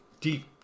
deep